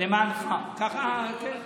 הלך לוועדה.